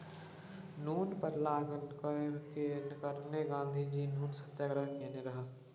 नुन पर लागल कर केर कारणेँ गाँधीजी नुन सत्याग्रह केने रहय